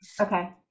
Okay